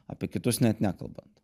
apie kitus net nekalbant